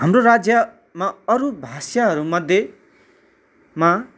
हाम्रो राज्यमा अरू भाषाहरू मध्येमा